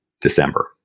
December